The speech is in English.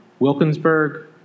Wilkinsburg